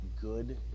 good